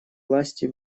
власти